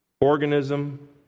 organism